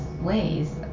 ways